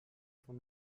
von